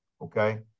Okay